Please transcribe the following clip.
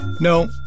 No